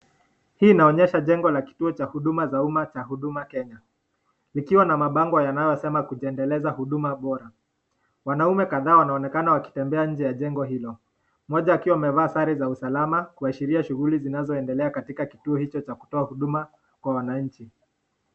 Hii inaonyesha jengo la kituo cha huduma za umma za huduma Kenya ikiwa na mapango yanayosema kujiendeleza na huduma Bora, wanaume kadhaa wanaonekana wakitembea nje ya chengo ilo, Mmoja akiwa amevaa sare za usalama kuashiria shughuli zinazoendelea katika kituo hicho cha kutoa huduma kwa wananchi.